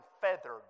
feathered